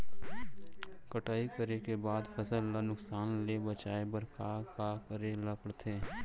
कटाई करे के बाद फसल ल नुकसान ले बचाये बर का का करे ल पड़थे?